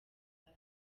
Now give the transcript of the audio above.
hasi